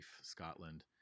Scotland